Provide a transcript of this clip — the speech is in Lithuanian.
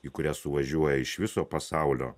į kurią suvažiuoja iš viso pasaulio